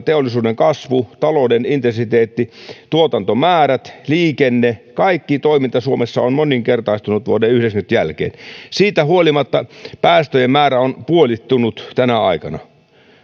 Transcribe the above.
teollisuuden kasvu talouden intensiteetti tuotantomäärät liikenne kaikki toiminta suomessa on moninkertaistunut vuoden yhdeksänkymmentä jälkeen ja siitä huolimatta päästöjen määrä on puolittunut tänä aikana